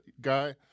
guy